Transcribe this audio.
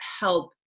help